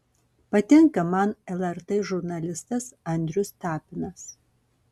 patinka man lrt žurnalistas andrius tapinas